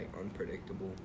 unpredictable